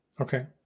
Okay